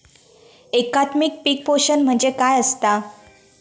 एकात्मिक पीक पोषण म्हणजे काय असतां?